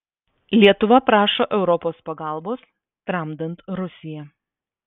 lietuva prašo europos pagalbos tramdant rusiją